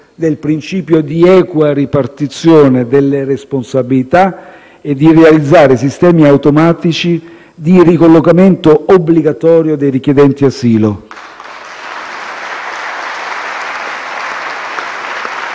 del principio di equa ripartizione delle responsabilità e di realizzare sistemi automatici di ricollocamento obbligatorio dei richiedenti asilo.